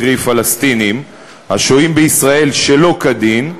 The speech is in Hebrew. קרי פלסטינים השוהים בישראל שלא כדין,